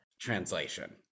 translation